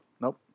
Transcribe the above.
Nope